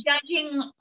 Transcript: judging